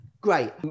Great